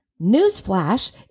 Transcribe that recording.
newsflash